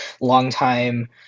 longtime